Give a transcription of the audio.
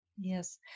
Yes